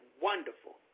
wonderful